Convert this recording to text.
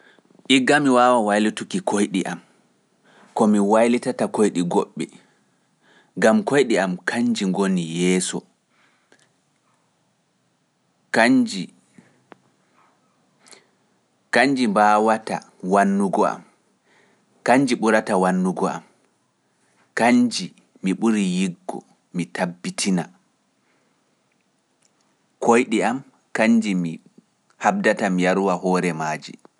Igga mi waawa waylituki koyɗi am, ko mi waylitata koyɗi goɗɗi, ngam koyɗi am kanji ngoni yeeso, kanji mbaawata wannugo am, kanji ɓurata wannugo am, kanji mi ɓuri yiggo, mi tabbitina, koyɗi am kanji mi habdata mi yarowa hoore maaji.